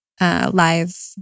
Live